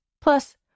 Plus